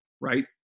right